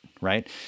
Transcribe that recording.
right